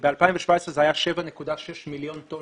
בשנת 2017 זה היה 7.6 מיליון טון